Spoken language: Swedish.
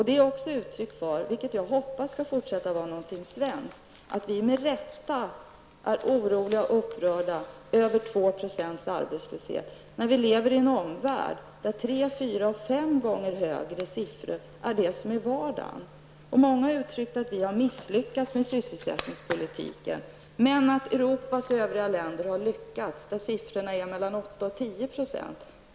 Det är också uttryck för -- vilket jag hoppas skall fortsätta att vara någonting svenskt -- att vi med rätta är oroliga och upprörda över en arbetslöshet på 2 %, när vi lever i en värld där tre, fyra eller fem gånger högre siffror hör till vardagen. Många har uttryckt att vi har misslyckats med sysselsättningspolitiken men att Europas övriga länder har lyckats, länder där siffrorna är mellan 8 och 10 %.